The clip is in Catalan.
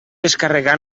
descarregar